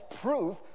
proof